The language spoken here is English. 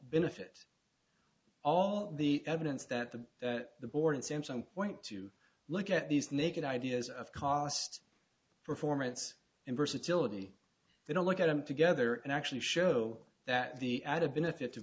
benefit all the evidence that the the board seems on point to look at these naked ideas of cost performance and versatility they don't look at them together and actually show that the added benefit